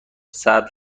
سبز